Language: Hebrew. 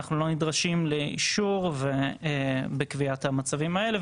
אנחנו לא נדרשים לאישור בקביעת המצבים האלה.